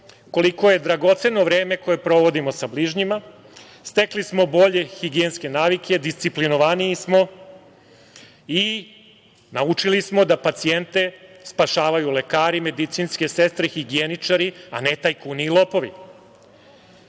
koliko je dragoceno vreme koje provodimo sa bližnjima, stekli smo bolje higijenske navike, disciplinovaniji smo i naučili smo da pacijente spašavaju lekari i medicinske sestre, higijeničari, a ne tajkuni i lopovi.